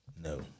no